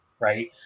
right